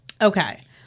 okay